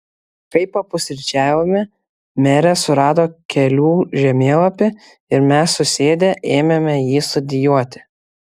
kai papusryčiavome merė surado kelių žemėlapį ir mes susėdę ėmėme jį studijuoti